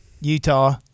Utah